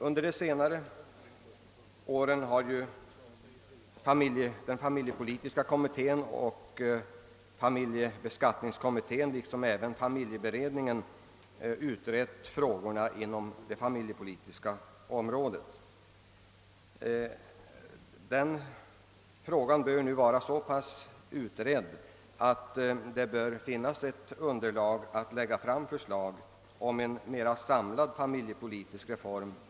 Under de senaste åren har familjepolitiska kommittén, familjebeskattningskommittén och även familjeberedningen utrett frågorna på det familjepolitiska området. Dessa frågor bör nu vara så pass utredda, att det inom en överskådlig framtid bör finnas underlag för framläggandet av en samlad familjepolitisk reform.